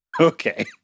Okay